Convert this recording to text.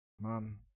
Mom